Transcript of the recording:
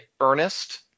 earnest